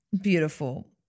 Beautiful